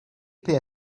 pay